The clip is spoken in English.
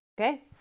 Okay